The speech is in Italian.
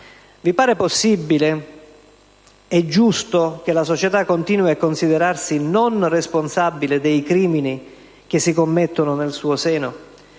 Vi pare possibile e giusto che la società continui a considerarsi non responsabile dei crimini che si commettono nel suo seno?